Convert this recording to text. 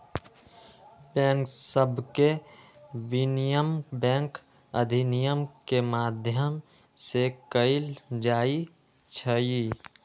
bank सभके विनियमन bank अधिनियम के माध्यम से कएल जाइ छइ